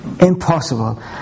Impossible